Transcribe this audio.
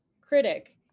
critic